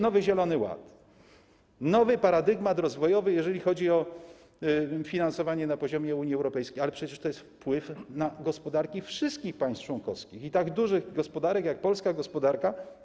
Nowy zielony ład, nowy paradygmat rozwojowy, jeżeli chodzi o finansowanie na poziomie Unii Europejskiej - przecież to ma wpływ na gospodarki wszystkich państw członkowskich, tak dużych gospodarek jak polska gospodarka.